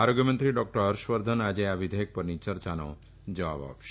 આરોગ્યમંત્રી ડોક્ટર હર્ષવર્ધન આજે આ વિઘેયક પરની ચર્ચાના જવાબ આપશે